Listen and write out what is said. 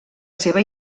seva